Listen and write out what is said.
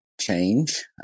change